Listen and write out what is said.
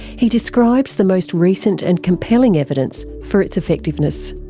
he describes the most recent and compelling evidence for its effectiveness.